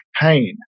pain